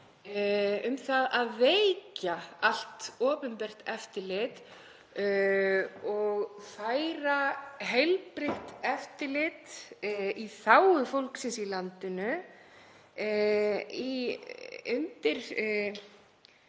á að veikja allt opinbert eftirlit og færa heilbrigt eftirlit í þágu fólksins í landinu í